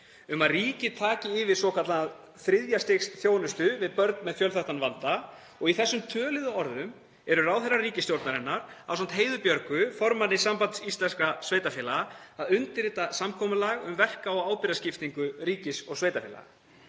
um að ríkið taki yfir svokallaða þriðja stigs þjónustu við börn með fjölþættan vanda. Í þessum töluðu orðum eru ráðherrar ríkisstjórnarinnar ásamt Heiðu Björgu Hilmisdóttur, formanni Sambands íslenskra sveitarfélaga, að undirrita samkomulag um verka- og ábyrgðarskiptingu ríkis og sveitarfélaga.